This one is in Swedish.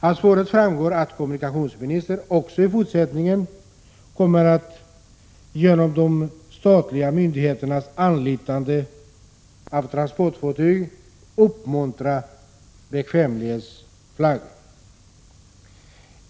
Av svaret framgår att kommunikationsministern också i fortsättningen, genom de statliga myndigheternas anlitande av transportfartyg, kommer att uppmuntra bekvämlighetsflagg.